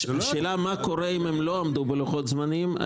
הם לא עמדו בלוחות זמנים,